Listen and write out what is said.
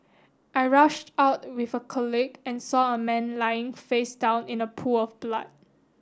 I rushed out with a colleague and saw a man lying face down in a pool of blood